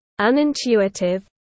unintuitive